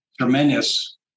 Tremendous